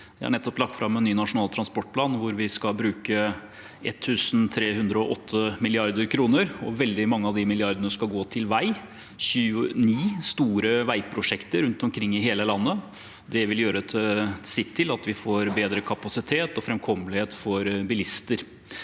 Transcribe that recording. Vi har nettopp lagt fram en ny nasjonal transportplan hvor vi skal bruke 1 308 mrd. kr. Veldig mange av de milliardene skal gå til vei – 29 store veiprosjekter rundt omkring i hele landet. Det vil gjøre sitt til at vi får bedre kapasitet og framkommelighet for bilister.